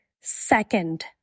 second